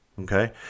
okay